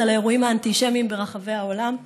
על האירועים האנטישמיים ברחבי העולם.